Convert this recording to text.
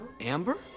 Amber